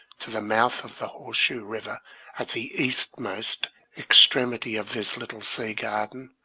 to the mouth of the horseshoe river at the easternmost extremity of this little sea-garden,